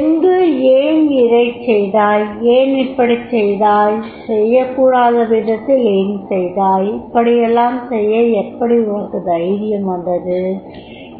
எங்கு ஏன் இதைச் செய்தாய் ஏன் இப்படிச் செய்தாய் செய்யக்கூடாத விதத்தில் ஏன் செய்தாய் இப்படியெல்லாம் செய்ய எப்படி உனக்கு தைரியம் வந்தது